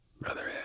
Brother